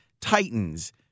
Titans